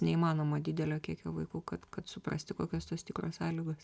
neįmanoma didelio kiekio vaikų kad kad suprasti kokios tos tikros sąlygos